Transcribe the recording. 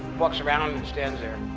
walks around and stands there.